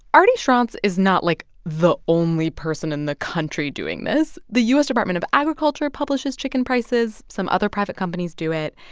arty schronce is not like the only person in the country doing this. the u s. department of agriculture publishes chicken prices, some other private companies do it.